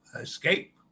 escape